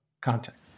context